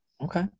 okay